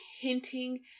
hinting